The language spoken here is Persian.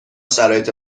شرایط